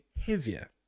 heavier